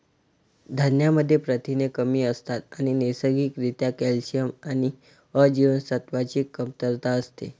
धान्यांमध्ये प्रथिने कमी असतात आणि नैसर्गिक रित्या कॅल्शियम आणि अ जीवनसत्वाची कमतरता असते